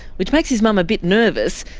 which makes his mum a bit nervous.